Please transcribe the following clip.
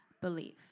believe